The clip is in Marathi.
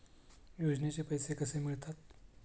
योजनेचे पैसे कसे मिळतात?